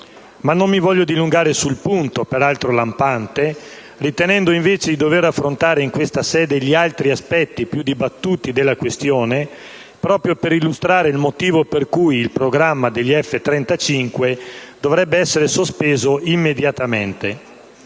Ma non mi voglio dilungare sul punto, peraltro lampante, ritenendo invece di dover affrontare in questa sede gli altri aspetti più dibattuti della questione, proprio per illustrare il motivo per cui il programma degli F-35 dovrebbe essere sospeso immediatamente.